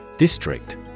District